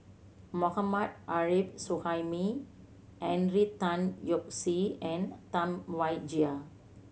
Mohammad Arif Suhaimi Henry Tan Yoke See and Tam Wai Jia